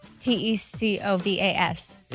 T-E-C-O-V-A-S